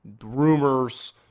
rumors